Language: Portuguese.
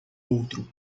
outro